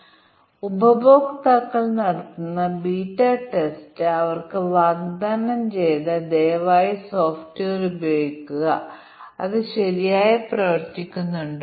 എന്നാൽ നമുക്ക് ഒരു ലളിതമായ അൽഗോരിതം നോക്കാം അത് നമുക്ക് ജോഡി തിരിച്ചുള്ള പരീക്ഷയുടെ ഭൂരിഭാഗവും നൽകും ഞാൻ ഉദ്ദേശിക്കുന്നത് ജോഡി തിരിച്ചുള്ള ടെസ്റ്റ് കേസുകളുടെ ഒപ്റ്റിമൽ അല്ലാത്ത എണ്ണം